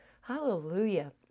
Hallelujah